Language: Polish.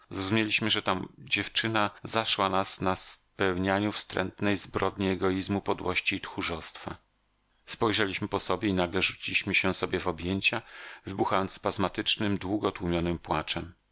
zrozumieliśmy że ta dziewczyna zaszła nas na spełnianiu wstrętnej zbrodni egoizmu podłości i tchórzostwa spojrzeliśmy po sobie i nagle rzuciliśmy się sobie w objęcia wybuchając spazmatycznym długo tłumionym płaczem